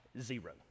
Zero